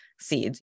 seeds